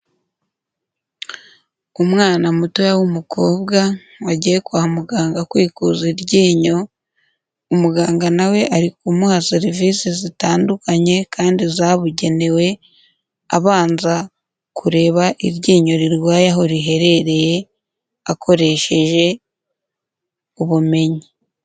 Umwana mutoya w'umukobwa wagiye kwa muganga kwikuza iryinyo, umuganga na we ari kumuha serivise zitandukanye kandi zabugenewe, abanza kureba iryinyo rirwaye aho riherereye akoresheje ubumenyi.